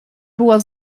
była